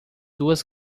duas